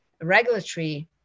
regulatory